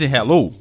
Hello